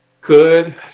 good